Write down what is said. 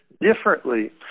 differently